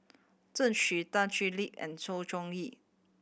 Xu Tan Thoon Lip and Sng Choon Yee